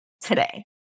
today